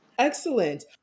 Excellent